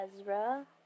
Ezra